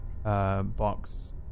Box